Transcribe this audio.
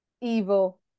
evil